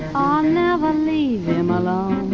never leave him alone,